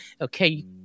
Okay